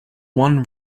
one